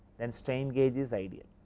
then strain gauge is ideal.